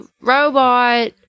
robot